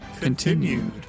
Continued